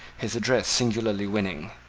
his address singularly winning,